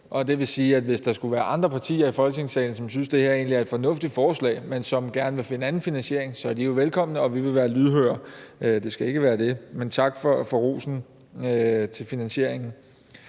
det vil sige, at hvis der skulle være andre partier i Folketingssalen, som egentlig synes, det her er et fornuftigt forslag, men som gerne vil finde anden finansiering, så er de jo velkomne, og vi vil være lydhøre – det skal ikke være det, det kommer an på. Men